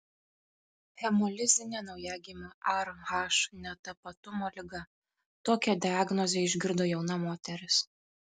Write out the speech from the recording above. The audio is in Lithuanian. hemolizinė naujagimių rh netapatumo liga tokią diagnozę išgirdo jauna moteris